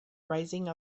rising